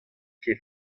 ket